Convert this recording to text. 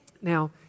Now